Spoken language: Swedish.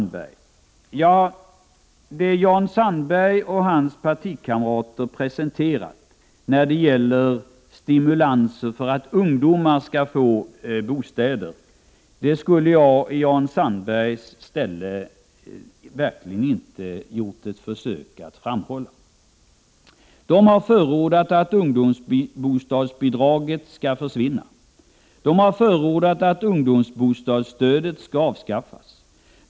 Det Jan Sandberg och hans partikamrater har presenterat när det gäller stimulanser för att ungdomar skall få bostäder skulle jag, i Jan Sandbergs ställe, inte ha gjort något försök att framhålla. De har förordat att ungdomsbostadsbidraget skall försvinna. De har förordat att ungdomsbostadsstödet skall avskaffas.